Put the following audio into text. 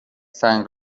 سنگ